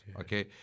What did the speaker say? Okay